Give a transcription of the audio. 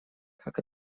как